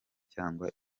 cyangwa